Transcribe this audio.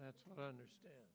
that's what i understand